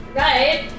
right